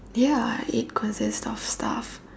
ya it consists of stuff